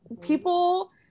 People